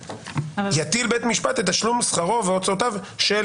"יטיל בית משפט את תשלום שכרו והוצאותיו של